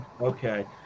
okay